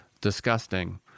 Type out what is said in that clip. disgusting